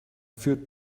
führt